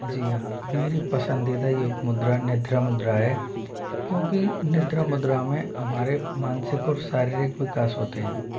जी हाँ मेरी पसंदीदा योग मुद्रा निद्रा मुद्रा है क्योंकि निद्रा मुद्रा में हमारा मानसिक और शारीरिक विकास होता है